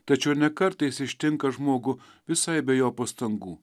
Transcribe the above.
tačiau ir ne kartą jis ištinka žmogų visai be jo pastangų